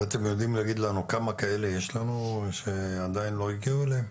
אתם יודעים להגיד לנו כמה כאלה יש לנו שעדיין לא הגיעו אליהם?